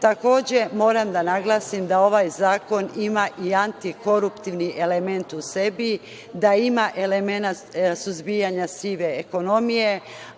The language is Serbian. moram da naglasim da ovaj zakon ima i atikoruptivni element u sebi, da ima element suzbijanja sive ekonomije,